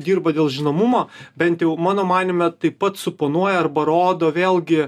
dirba dėl žinomumo bent jau mano manyme taip pat suponuoja arba rodo vėlgi